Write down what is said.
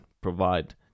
provide